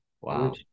Wow